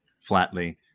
flatly